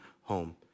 home